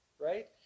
Right